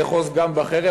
לאחוז גם בחרב,